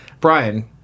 Brian